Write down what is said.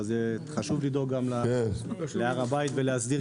אבל חשוב לדאוג גם להר הבית ולהסדיר אותו.